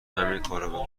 همینکارو